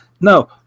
No